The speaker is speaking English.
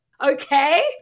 Okay